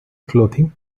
clothing